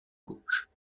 gauche